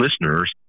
listeners